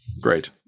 Great